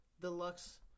deluxe